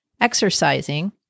exercising